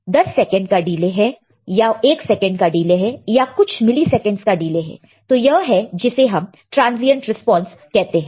10 second का delay हैं या 1 सेकंड का डिले है या कुछ मिली सेकंडस का डिले है तो यह है जिसे हम ट्रांजियंट रिस्पांस कहते हैं